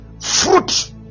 Fruit